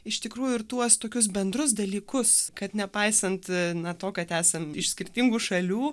iš tikrųjų ir tuos tokius bendrus dalykus kad nepaisant na to kad esam iš skirtingų šalių